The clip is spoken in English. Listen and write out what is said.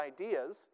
ideas